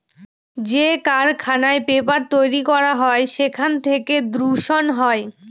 যে কারখানায় পেপার তৈরী করা হয় সেখান থেকে দূষণ হয়